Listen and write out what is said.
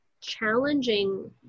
challenging